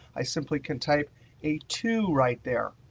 i simply can type a two right there,